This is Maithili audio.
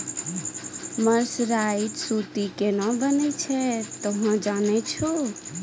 मर्सराइज्ड सूती केना बनै छै तोहों जाने छौ कि